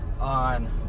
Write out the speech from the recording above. on